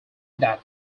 that